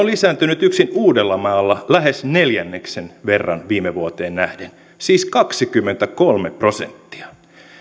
lisääntynyt yksin uudellamaalla lähes neljänneksen verran viime vuoteen nähden siis kaksikymmentäkolme prosenttia